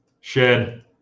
shed